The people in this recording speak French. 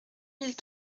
mille